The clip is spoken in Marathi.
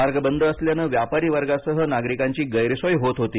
मार्ग बंद असल्यानं व्यापारी वर्गासह नागरिकांची गैरसोय होत होती